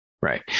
Right